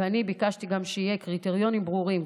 ואני גם ביקשתי שיהיו קריטריונים ברורים,